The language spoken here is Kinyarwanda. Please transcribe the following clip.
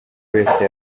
wese